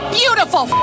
beautiful